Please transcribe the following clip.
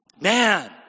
Man